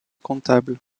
comptable